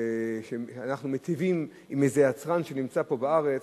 שאנחנו מיטיבים עם איזה יצרן שנמצא פה בארץ.